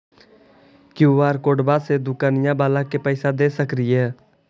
QR कोडबा से दुकनिया बाला के पैसा दे सक्रिय?